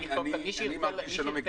לא משנה אם אני אכתוב -- -מי שירצה